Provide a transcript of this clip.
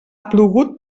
plogut